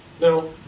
Now